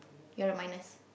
you're a minus